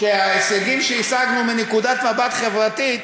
זה שההישגים שהשגנו מנקודת מבט חברתית